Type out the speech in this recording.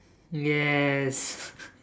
yes